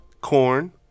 corn